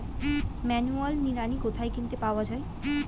Manual নিড়ানি কোথায় কিনতে পাওয়া যায়?